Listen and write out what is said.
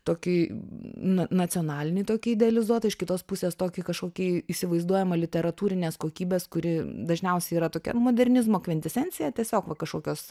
tokį na nacionalinį tokį idealizuotą iš kitos pusės tokį kažkokį įsivaizduojamą literatūrinės kokybės kuri dažniausiai yra tokia modernizmo kvintesencija tiesiog kažkokios